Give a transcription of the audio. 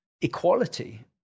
equality